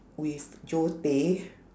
with zoe tay